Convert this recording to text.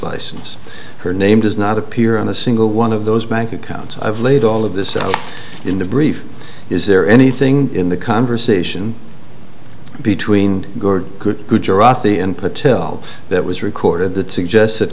license her name does not appear on a single one of those bank accounts i've laid all of this out in the brief is there anything in the conversation between patil that was recorded that suggests